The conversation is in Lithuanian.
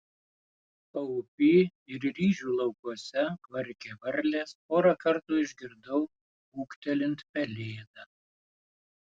paupy ir ryžių laukuose kvarkė varlės porą kartų išgirdau ūktelint pelėdą